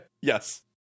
yes